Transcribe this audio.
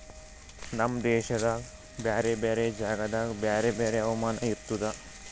ನಮ್ ದೇಶದಾಗ್ ಬ್ಯಾರೆ ಬ್ಯಾರೆ ಜಾಗದಾಗ್ ಬ್ಯಾರೆ ಬ್ಯಾರೆ ಹವಾಮಾನ ಇರ್ತುದ